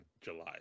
July